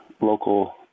local